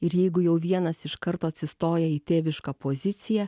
ir jeigu jau vienas iš karto atsistoja į tėvišką poziciją